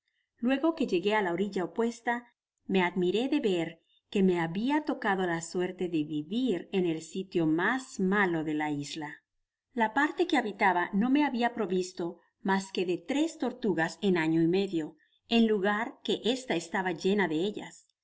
luego que llegué a la orilla opuesta me admiré da ver que me habia tocado la suerte de vivir en el sitio mas malo de la isla la parte que habitaba no me habia provisto mas qua de tres tortugas en año y medio en lugar que esta estaba llena de ellas